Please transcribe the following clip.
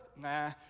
nah